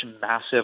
massive